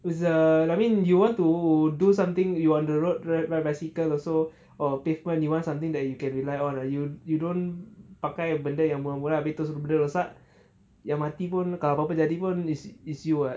it's err I mean you want to do something you on the road ri~ ride bicycle also or pavement you want something that you can rely on you you pakai benda yang murah-murah terus benda rosak yang mati pun kalau apa-apa jadi pun it's you what